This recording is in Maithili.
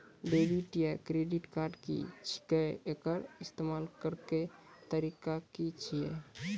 डेबिट या क्रेडिट कार्ड की छियै? एकर इस्तेमाल करैक तरीका की छियै?